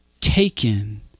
taken